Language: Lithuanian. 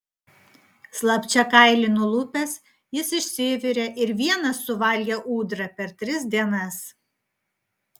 slapčia kailį nulupęs jis išsivirė ir vienas suvalgė ūdrą per tris dienas